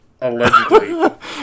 Allegedly